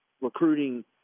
recruiting